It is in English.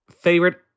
favorite